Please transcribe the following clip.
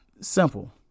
Simple